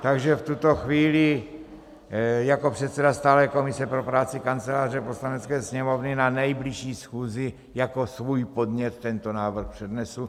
Takže v tuto chvíli jako předseda stálé komise pro práci Kanceláře Poslanecké sněmovny na nejbližší schůzi jako svůj podnět tento návrh přednesu.